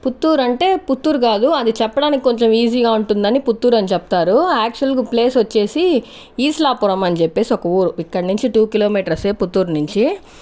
పుత్తూర్ అంటే పుత్తూరు కాదు అది చెప్పడానికి కొంచెం ఈజీ గా ఉంటుందని పుత్తూరు అని చెప్తారు యాక్చువల్ గా ప్లేస్ వచ్చేసి ఈస్లాపురం అని చెప్పేసి ఒక ఊరు ఇక్కడ్నించి టు కిలోమీటర్స్ ఏ పుత్తూర్ నుంచి